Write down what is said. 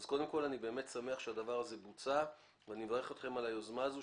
אז קודם כול אני באמת שמח שהדבר הזה בוצע ואני מברך אתכם על היוזמה הזו,